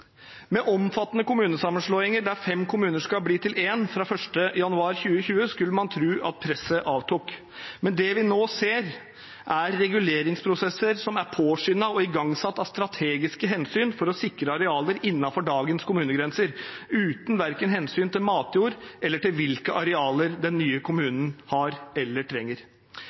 Med omfattende kommunesammenslåing, der fem kommuner skal bli til én fra 1. januar 2020, skulle man tro at presset avtok, men det vi nå ser, er reguleringsprosesser som er påskyndet og igangsatt av strategiske hensyn for å sikre arealer innenfor dagens kommunegrenser, uten hensyn til verken matjord eller hvilke arealer den nye kommunen har eller trenger.